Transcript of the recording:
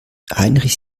heinrich